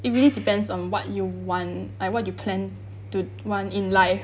it really depends on what you want ah what do you plan to want in life